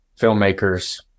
filmmakers